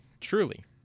Truly